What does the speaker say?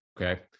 okay